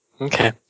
Okay